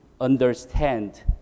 understand